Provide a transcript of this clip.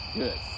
good